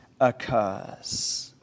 occurs